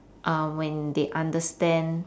um when they understand